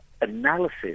analysis